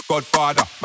Godfather